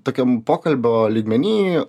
tokiam pokalbio lygmeny